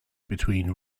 between